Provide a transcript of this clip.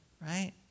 right